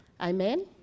amen